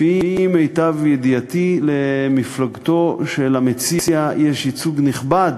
לפי מיטב ידיעתי, למפלגתו של המציע יש ייצוג נכבד